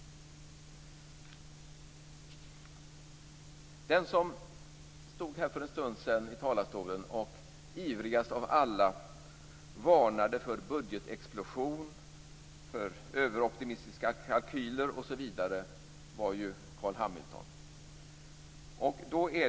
Den som stod här i talarstolen för en stund sedan och ivrigast av alla varnade för budgetexplosion, för överoptimistiska kalkyler osv. var ju Carl B Hamilton.